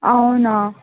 అవునా